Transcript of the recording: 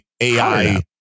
AI